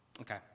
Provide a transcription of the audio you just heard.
Okay